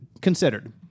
considered